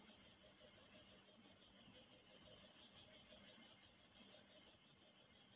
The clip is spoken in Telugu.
మిగిలిన జంతువులతో పోలిస్తే గొర్రెల నుండి మనకు చాలా రకాల ఉత్పత్తులు వత్తయ్యని చెప్పొచ్చు